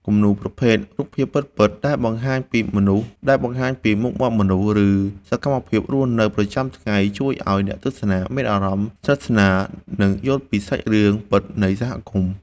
គំនូរប្រភេទ រូបភាពពិតៗ ដែលបង្ហាញពីមុខមាត់មនុស្ស ឬសកម្មភាពរស់នៅប្រចាំថ្ងៃ ជួយឱ្យអ្នកទស្សនាមានអារម្មណ៍ស្និទ្ធស្នាល និងយល់ពីសាច់រឿងពិតនៃសហគមន៍។